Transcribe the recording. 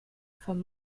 von